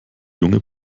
junge